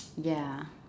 ya